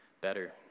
better